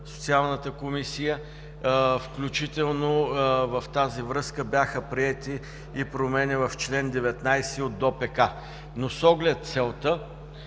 Социалната комисия. Включително в тази връзка бяха приети и промени в чл. 19 от ДОПК, но с оглед целта